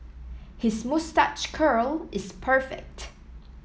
his moustache curl is perfect